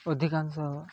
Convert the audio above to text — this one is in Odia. ଅଧିକାଂଶ